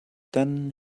then